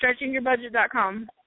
StretchingYourBudget.com